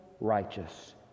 righteous